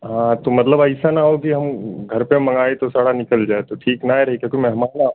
हाँ तो मतलब ऐसा ना हो कि हम घर पर हम मंगाये तो सड़ा निकल जाए तो ठीक नहीं रही क्योंकि मेहमान आ